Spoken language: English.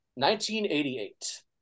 1988